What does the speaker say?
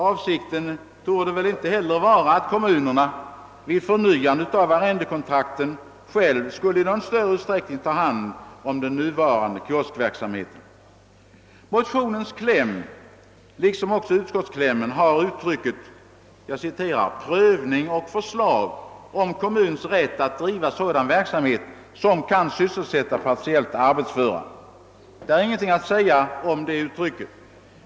Avsikten torde heller inte vara att kommunerna vid arrendekontraktens för nyande själva i någon större utsträckning skall ta hand om den kioskverksamhet som nu bedrives. I utskottsutlåtandets kläm förekommer uttrycket »prövning och förslag om kommuns rätt att driva sådan verksamhet som kan sysselsätta partiellt arbetsföra». Jag har ingenting att invända mot den satsen.